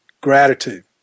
gratitude